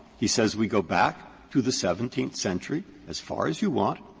he says, we go back to the seventeenth century, as far as you want,